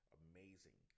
amazing